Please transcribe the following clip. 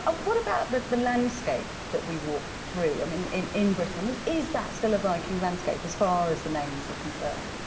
ah what about but the landscape that we walk through, i mean in in britain is is that still a viking landscape as far as the names are concerned?